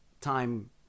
time